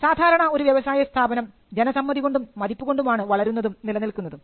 സാധാരണ ഒരു വ്യവസായ സ്ഥാപനം ജനസമ്മതി കൊണ്ടും മതിപ്പ് കൊണ്ടുമാണ് വളരുന്നതും നിലനില്ക്കുന്നതും